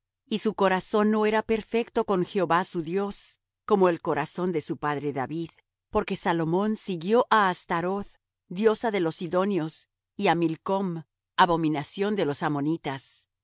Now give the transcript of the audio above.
y su corazón no era perfecto con jehová su dios como el corazón de su padre david porque salomón siguió á astaroth diosa de los sidonios y á milcom abominación de los ammonitas